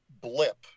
blip